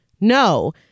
No